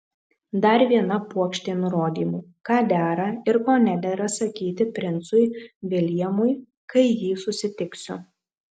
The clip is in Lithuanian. dar viena puokštė nurodymų ką dera ir ko nedera sakyti princui viljamui kai jį susitiksiu